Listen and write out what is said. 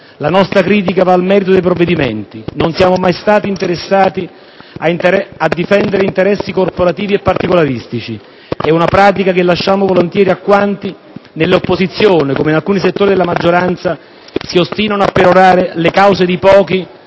La nostra critica va al merito dei provvedimenti. Non siamo mai stati interessati a difendere interessi corporativi e particolaristici; è una pratica che lasciamo volentieri a quanti, nell'opposizione come in alcuni settori della maggioranza, si ostinano a perorare le cause di pochi